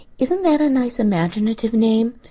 isn't that a nice imaginative name?